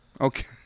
Okay